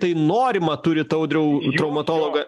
tai norimą turit audriau traumatologą